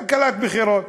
כלכלת בחירות,